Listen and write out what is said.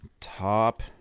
Top